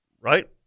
right